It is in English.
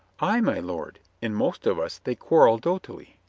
ay, my lord, in most of us they quarrel dough tily.